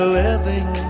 living